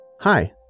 hi